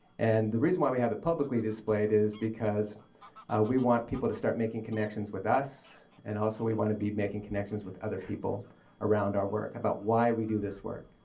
and the reason why we have it publicly displayed is because we want people to start making connections with us and also we want to be making connections with other people around our work about why we do this work.